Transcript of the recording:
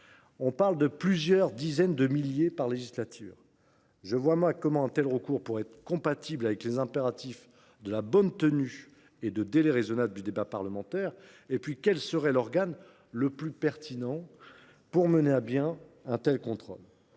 financier – plusieurs dizaines de milliers par législature. Je vois mal comment un tel recours serait compatible avec les impératifs de bonne tenue et de délai raisonnable du débat parlementaire. Qui plus est, quel serait l’organe le plus pertinent pour mener à bien un tel contrôle